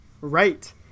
Right